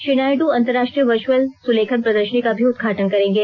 श्री नायड अंतरराष्ट्रीय वर्चअल सुलेखन प्रदर्शनी का भी उदघाटन करेंगे